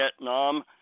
Vietnam